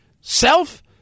self